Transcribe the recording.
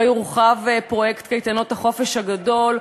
לא יורחב פרויקט קייטנות החופש הגדול,